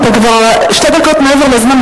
אתה כבר שתי דקות מעבר לזמן,